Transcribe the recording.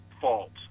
faults